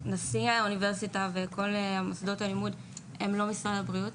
נשיא האוניברסיטה וכל מוסדות הלימוד הם לא משרד הבריאות,